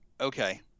Okay